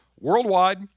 worldwide